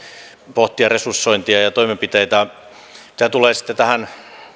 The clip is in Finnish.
pohtia resursointia ja toimenpiteitä mitä tulee tähän